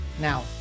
Now